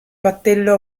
battello